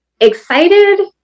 excited